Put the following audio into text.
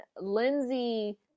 Lindsay